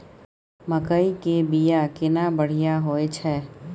मकई के बीया केना बढ़िया होय छै?